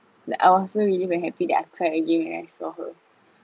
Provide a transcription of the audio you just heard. like I was so really very happy that I cried again when I saw her